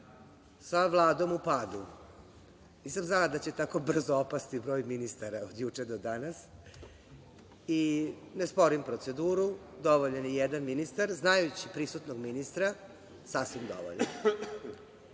sa Vladom u padu. Nisam znala da će tako brzo opasti broj ministara od juče do danas. Ne sporim proceduru. Dovoljan je jedan ministar. Znajući prisutnog ministra, sasvim